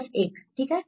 सिर्फ एक ठीक है